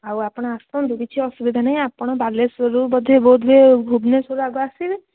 ଆଉ ଆପଣ ଆସନ୍ତୁ କିଛି ଅସୁବିଧା ନାହିଁ ଆପଣ ବାଲେଶ୍ୱରରୁ ବୋଧେ ବୋଧ ହୁଏ ଭୁବନେଶ୍ୱର ଆଗ ଆସିବେ